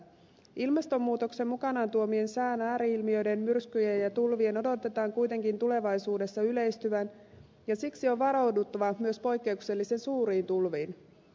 ilmastonmuutoksen mukanaan tuomien sään ääri ilmiöiden myrskyjen ja tulvien odotetaan kuitenkin tulevaisuudessa yleistyvän ja siksi on varauduttava myös poikkeuksellisen suuriin tulviin